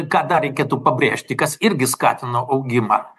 ką dar reikėtų pabrėžti kas irgi skatina augimą